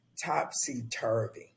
Topsy-turvy